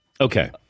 Okay